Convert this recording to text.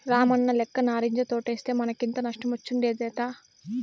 రామన్నలెక్క నారింజ తోటేస్తే మనకింత నష్టమొచ్చుండేదేలా